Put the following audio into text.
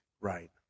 Right